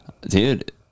Dude